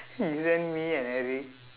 you send me and eric